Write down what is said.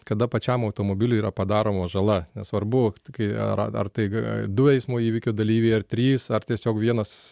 kada pačiam automobiliui yra padaroma žala nesvarbu kai ar ar taig du eismo įvykio dalyviai ar trys ar tiesiog vienas